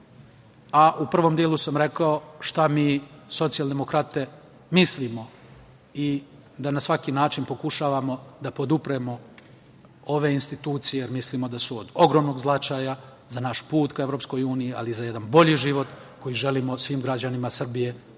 a u prvom delu sam rekao šta mi socijaldemokrate mislimo i da na svaki način pokušavamo da podupremo ove institucije jer mislimo da su od ogromnog značaja za naš put ka EU, ali i za jedan bolji život koji želimo svim građanima Srbije,